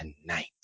tonight